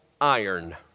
iron